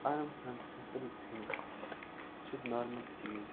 آرام سان simple things چھَ نارمَل چیٖز